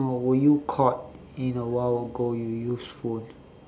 oh were you caught in awhile ago you use phone